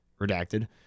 redacted